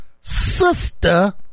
sister